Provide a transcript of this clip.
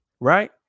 Right